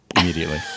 immediately